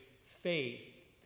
faith